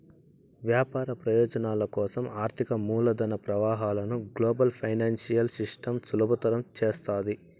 వ్యాపార ప్రయోజనాల కోసం ఆర్థిక మూలధన ప్రవాహాలను గ్లోబల్ ఫైనాన్సియల్ సిస్టమ్ సులభతరం చేస్తాది